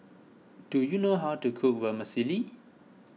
do you know how to cook Vermicelli